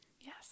Yes